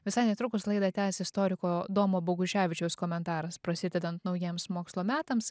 visai netrukus laidą tęs istoriko domo boguševičiaus komentaras prasidedant naujiems mokslo metams